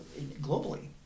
globally